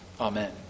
Amen